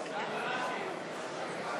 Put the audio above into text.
סיעת הרשימה המשותפת להביע אי-אמון בממשלה